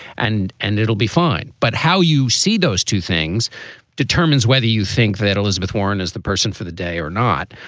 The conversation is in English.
and and it'll be fine. but how you see those two things determines whether you think that elizabeth warren is the person for the day or not.